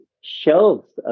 shelves